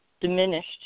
Diminished